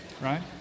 right